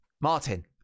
Martin